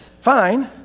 Fine